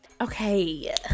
Okay